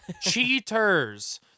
Cheaters